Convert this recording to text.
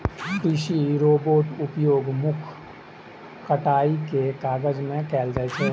कृषि रोबोटक उपयोग मुख्यतः कटाइ के काज मे कैल जाइ छै